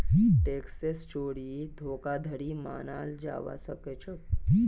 टैक्सेर चोरी धोखाधड़ी मनाल जाबा सखेछोक